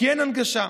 כי אין שם הנגשה.